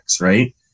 Right